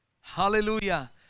Hallelujah